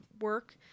work